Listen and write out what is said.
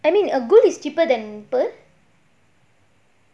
I mean err gold is cheaper than pearl